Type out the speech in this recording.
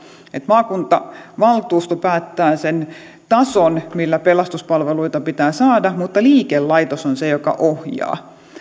maakuntavaltuusto päättää sen tason millä pelastuspalveluita pitää saada mutta liikelaitos on se joka ohjaa